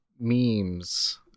memes